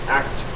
act